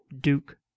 Duke